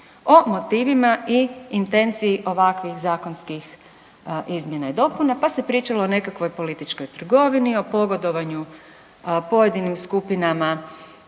o motivima i intenciji ovakvih zakonskih izmjena i dopuna, pa se pričalo o nekakvoj političkoj trgovini, o pogodovanju pojedinim skupinama